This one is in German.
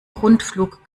rundflug